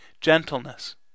gentleness